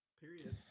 period